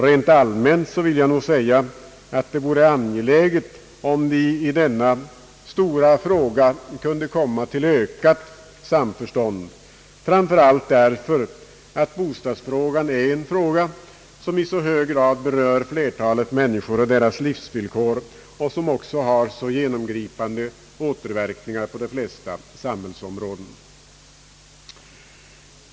Rent allmänt vill jag nog säga, att det vore angeläget om vi i denna stora fråga kunde komma till ökat samförstånd, framför allt därför att bostadsfrågan i så hög grad berör flertalet människor och deras livsvillkor och också har så genomgripande återverkningar på de flesta samhällsområden.